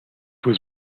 was